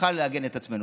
נוכל לעגן את עצמנו.